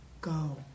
Go